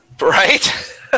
Right